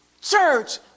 Church